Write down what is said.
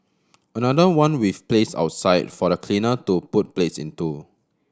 another one we've placed outside for the cleaner to put plates into